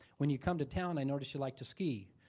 when you come to town, i notice you like to ski.